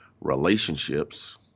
relationships